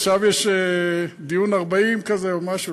עכשיו יש דיון 40 כזה או משהו,